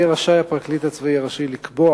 יהיה רשאי הפרקליט הצבאי הראשי לקבוע